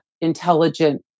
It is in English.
intelligent